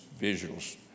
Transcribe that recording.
visuals